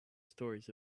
stories